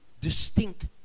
Distinct